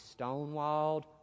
stonewalled